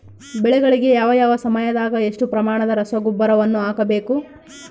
ಬೆಳೆಗಳಿಗೆ ಯಾವ ಯಾವ ಸಮಯದಾಗ ಎಷ್ಟು ಪ್ರಮಾಣದ ರಸಗೊಬ್ಬರವನ್ನು ಹಾಕಬೇಕು?